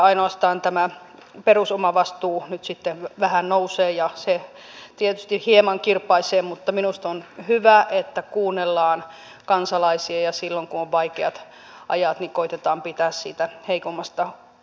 ainoastaan tämä perusomavastuu nyt sitten vähän nousee ja se tietysti hieman kirpaisee mutta minusta on hyvä että kuunnellaan kansalaisia ja silloin kun on vaikeat ajat koetetaan pitää siitä heikommasta ihmisestä huolta